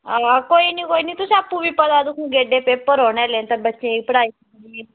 अवा कोई निं कोई निं तुसें आपूं बी पता तुसें ई गेड्डे पेपर औने आह्ले न ते बच्चें दी पढ़ाई